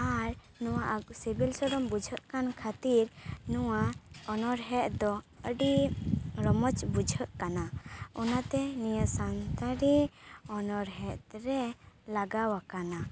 ᱟᱨ ᱱᱚᱶᱟ ᱟᱹᱜᱩ ᱥᱤᱵᱤᱞ ᱥᱚᱲᱚᱢ ᱵᱩᱡᱷᱟᱹᱜ ᱠᱟᱱ ᱠᱷᱟᱹᱛᱤᱨ ᱱᱚᱶᱟ ᱚᱱᱚᱲᱦᱮᱸ ᱫᱚ ᱟᱹᱰᱤ ᱨᱚᱢᱚᱡ ᱵᱩᱡᱷᱟᱹᱜ ᱠᱟᱱᱟ ᱚᱱᱟᱛᱮ ᱱᱤᱭᱟᱹ ᱥᱟᱱᱛᱟᱲᱤ ᱚᱱᱚᱲᱦᱮᱸᱫ ᱨᱮ ᱞᱟᱜᱟᱣ ᱟᱠᱟᱱᱟ